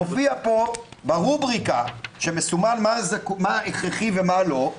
מופיע פה ברובריקה שמסומן מה הכרחי ומה לא,